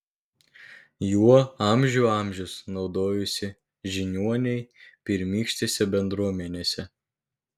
juo amžių amžius naudojosi žiniuoniai pirmykštėse bendruomenėse